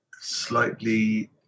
slightly